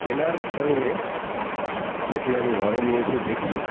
কেনার সঙ্গে সেটি আমি ঘরে নিয়ে এসে দেখি